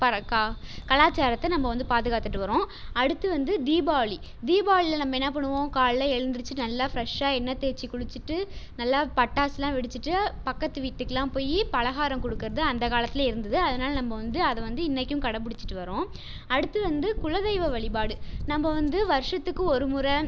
மறக்காமல் கலாச்சாரத்தை நம்ம வந்து பாதுகாத்துட்டு வர்றோம் அடுத்து வந்து தீபாவளி தீபாவளியில் நம்ம என்னா பண்ணுவோம் காலைல எழுந்திரித்து நல்லா ஃப்ரெஷ்ஷாக எண்ணெய் தேய்ச்சி குளிச்சிட்டு நல்லா பட்டாசுலாம் வெடிச்சிட்டு பக்கத்து வீட்டுக்கெல்லாம் போய் பலகாரம் கொடுக்குறது அந்த காலத்துலேயே இருந்தது அதனால் நம்ம வந்து அதை வந்து இன்னைக்கும் கடைபுடிச்சிட்டு வர்றோம் அடுத்து வந்து குலதெய்வ வழிபாடு நம்ம வந்து வருஷத்துக்கு ஒரு முறை